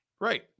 Right